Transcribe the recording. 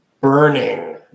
burning